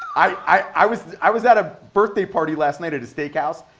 i was i was at a birthday party last night at a steakhouse,